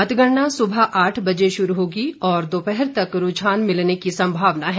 मतगणना सुबह आठ बजे शुरू होगी और दोपहर तक रूझान मिलने की संभावना है